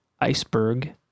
Iceberg